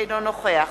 אינו נוכח